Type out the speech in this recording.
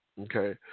okay